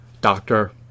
doctor